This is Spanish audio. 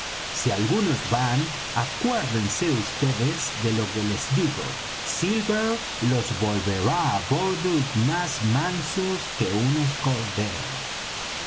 si algunos van acuérdense vds de lo que les digo silver los volverá á bordo más mansos que unos corderos